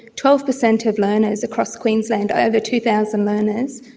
twelve percent of learners across queensland, over two thousand learners,